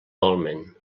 dolmen